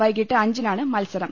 വൈകിട്ട് അഞ്ചിനാണ് മത്സരം